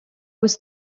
was